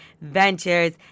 ventures